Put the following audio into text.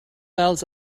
else